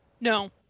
No